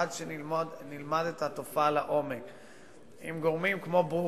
עד שנלמד את התופעה לעומק עם גורמים כמו מכון ברוקדייל,